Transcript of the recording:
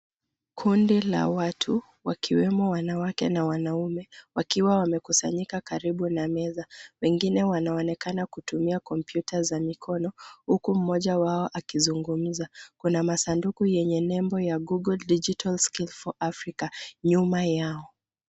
Kundi la watu wakiwemo wanawake na wanaume wakiwa wamekusanyika karibu na meza. Wengine wanaonekana kutumia kompyuta za mikono huku mmoja wao akizungumza. Kuna masanduku ya nembo ya Google Digital Skills for Africa nyuma yao.